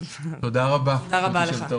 תודה רבה יושבת הראש.